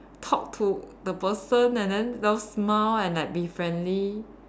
talk to the person and then just smile and like be friendly